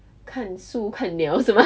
看树看鸟是吗